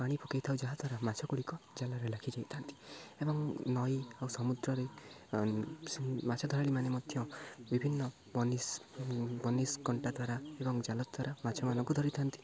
ପାଣି ପକେଇଥାଉ ଯାହାଦ୍ୱାରା ମାଛ ଗୁଡ଼ିକ ଜାଲରେ ଲାଗି ଯାଇଥାନ୍ତି ଏବଂ ନଈ ଆଉ ସମୁଦ୍ରରେ ମାଛ ଧରାଳିମାନେ ମଧ୍ୟ ବିଭିନ୍ନ ବନିସ ବନିସ୍ କଣ୍ଟା ଦ୍ୱାରା ଏବଂ ଜାଲ ଦ୍ୱାରା ମାଛମାନଙ୍କୁ ଧରିଥାନ୍ତି